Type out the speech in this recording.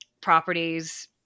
properties